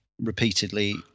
repeatedly